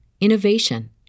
innovation